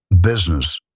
business